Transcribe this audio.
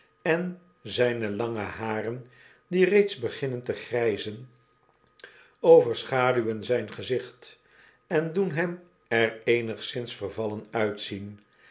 en zpe lange haren die reeds beginnen te gryzen overschaduwen zyn gezicht en doen hem er eenigszins vervallen uitzien